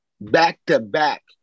Back-to-back